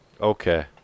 Okay